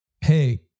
Hey